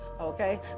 Okay